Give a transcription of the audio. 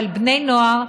אבל בני נוער,